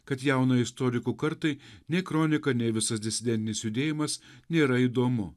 kad jaunajai istorikų kartai nei kronika nei visas disidentinis judėjimas nėra įdomu